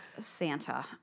Santa